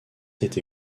été